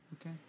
Okay